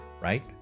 right